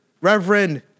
reverend